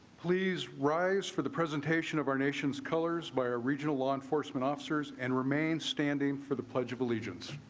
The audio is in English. please rise for the presentation of our nation's colors by our regional law enforcement officers and remain standing for the pledge of allegiance.